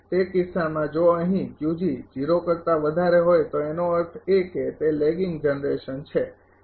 તે કિસ્સામાં જો અહીં એનો અર્થ એ કે તે લેગિંગ જનરેશન છે બરાબર